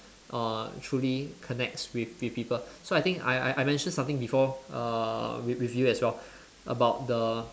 uh truly connects with with people so I think I I mention something before uh with with you as well about the